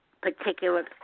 particular